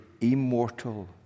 immortal